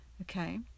Okay